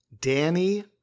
Danny